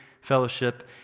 fellowship